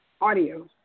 audio